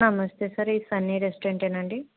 నమస్తే సార్ ఇది Sunny resident ఏనా అండి